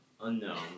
unknown